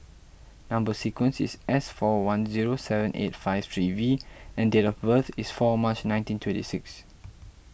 Number Sequence is S four one zero seven eight five three V and date of birth is four March nineteen twenty six